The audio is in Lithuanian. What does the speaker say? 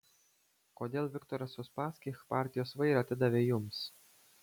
kodėl viktoras uspaskich partijos vairą atidavė jums